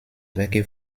werke